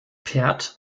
perth